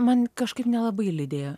man kažkaip nelabai lydėjo